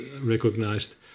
recognized